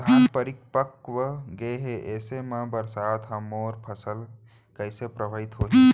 धान परिपक्व गेहे ऐसे म बरसात ह मोर फसल कइसे प्रभावित होही?